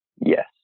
Yes